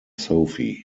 sophie